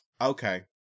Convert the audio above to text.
Okay